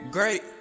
Great